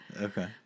Okay